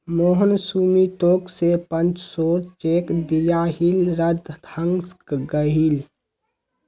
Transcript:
मोहन सुमीतोक जे पांच सौर चेक दियाहिल रद्द हंग गहील